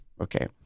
okay